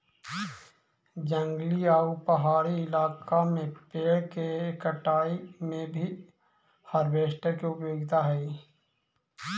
जंगली आउ पहाड़ी इलाका में पेड़ के कटाई में भी हार्वेस्टर के उपयोगिता हई